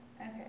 Okay